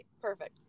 Perfect